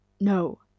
No